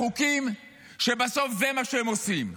לחוקים, בסוף זה מה שהם עושים.